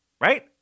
right